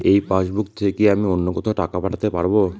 এই পাসবুক থেকে কি আমি অন্য কোথাও টাকা পাঠাতে পারব?